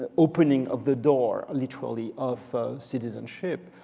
opening of the door, literally, of citizenship.